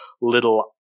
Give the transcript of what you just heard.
little